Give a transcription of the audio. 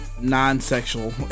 non-sexual